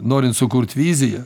norint sukurt viziją